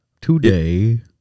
today